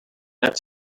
that